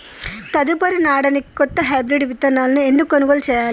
తదుపరి నాడనికి కొత్త హైబ్రిడ్ విత్తనాలను ఎందుకు కొనుగోలు చెయ్యాలి?